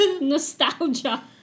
nostalgia